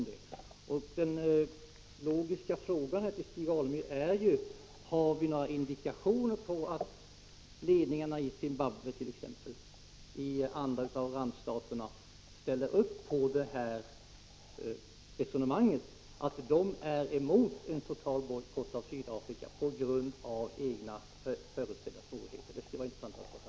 Den logiska frågan till Stig Alemyr är: Har vi några indikationer på att ledningen it.ex. Zimbabwe eller i andra randstater ställer upp för resonemanget, att de är emot en total bojkott av Sydafrika på grund av förutsedda egna svårigheter? Det skulle vara intressant att få höra.